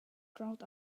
crowd